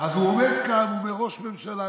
אז הוא עומד כאן, ראש הממשלה: